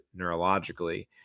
neurologically